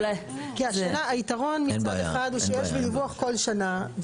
כי השאלה, היתרון מצד אחד הוא שיש דיווח כל שנה.